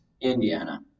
Indiana